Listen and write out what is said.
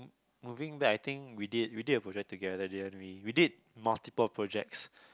moving back I think we did we did a project together didn't we we did multiple projects